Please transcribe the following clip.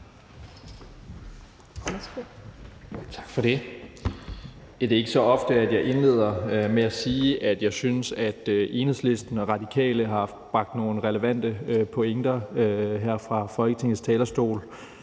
Tak for det. Det er ikke så ofte, at jeg indleder med at sige, at jeg synes, at Enhedslisten og Radikale har bragt nogle relevante pointer her fra Folketingets talerstol